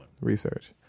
research